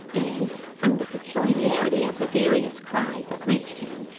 and, from the peculiarity of the various cries that reached him,